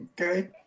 Okay